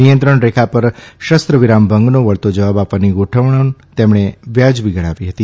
નિયંત્રણ રેખા પર શવિરામ ભંગનો વળતો જવાબ આપવાની ગોઠવણ તેમણે વાજબી ગણાવી હતી